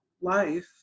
life